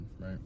Right